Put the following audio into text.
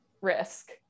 risk